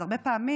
אז הרבה פעמים,